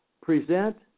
present